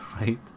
right